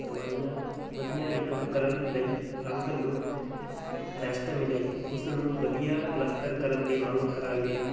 ਦਵਾਈਆਂ ਵਧੀਆ ਰੀਕਵਰ ਕਰਨ ਲਈ ਅੰਗ ਨੂੰ ਰੈਸਟ ਮਿਲੇ ਉਸ ਨੂੰ ਵਧੀਆ ਪਲਸਤਰ ਕਰਨ ਦੀ ਮੰਗ ਕਰਾਂਗੇ